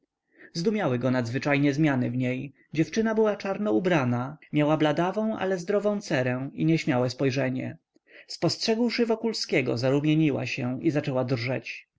zdumiały go nadzwyczajne zmiany w niej dziewczyna była czarno ubrana miała bladawą ale zdrową cerę i nieśmiałe spojrzenie spostrzegłszy wokulskiego zarumieniła się i zaczęła drżeć